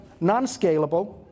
non-scalable